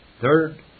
Third